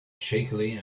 shakily